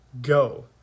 Go